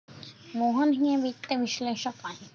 मोहन हे वित्त विश्लेषक आहेत